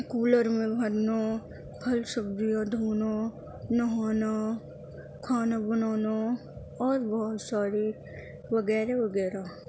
cooler میں بھرنا پھل سبزیاں دھونا نہانا کھانا بنانا اور بہت ساری وغیرہ وغیرہ